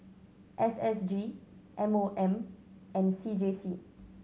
S S G M O M and C J C